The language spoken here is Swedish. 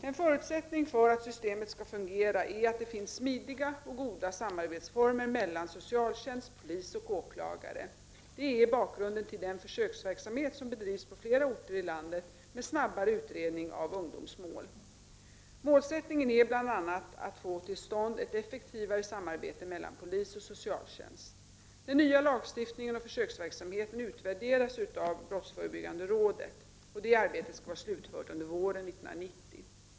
En förutsättning för att systemet skall fungera är att det finns smidiga och goda samarbetsformer mellan socialtjänst, polis och åklagare. Det är bakgrunden till den försöksverksamhet som bedrivs på flera orter i landet med snabbare utredning av ungdomsmål. Målsättningen är bl.a. att få till stånd ett effektivare samarbete mellan polis och socialtjänst. Den nya lagstiftningen och försöksverksamheten utvärderas av BRÅ. Det arbetet skall vara slutfört under våren 1990.